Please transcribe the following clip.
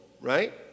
right